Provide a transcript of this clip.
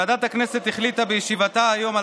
ועדת הכנסת החליטה בישיבתה היום על